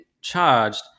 charged